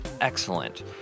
excellent